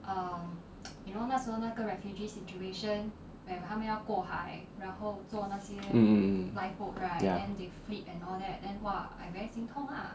mm mm mm ya